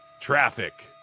traffic